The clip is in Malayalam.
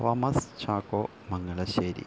തോമസ് ചാക്കോ മംഗലശ്ശേരി